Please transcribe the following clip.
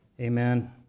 Amen